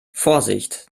vorsicht